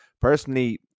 personally